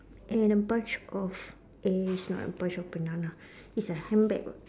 and a bunch of eh it's not a bunch of banana it's a handbag